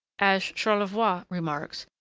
as charlevoix remarks,